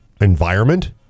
environment